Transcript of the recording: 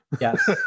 Yes